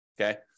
okay